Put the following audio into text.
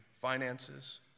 finances